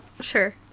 Sure